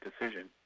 decision